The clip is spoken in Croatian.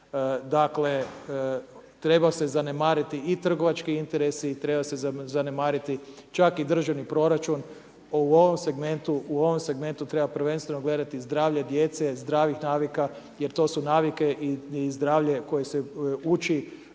Dakle, treba se zanemariti i trgovački interesi i treba se zanemariti čak i državni proračun, u ovom segmentu, u ovom segmentu treba prvenstveno gledati zdravlje zdravih navika jer to su navike i zdravlje koje se uči